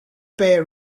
pay